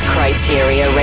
Criteria